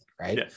right